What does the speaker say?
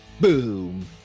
Boom